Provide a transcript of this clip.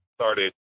started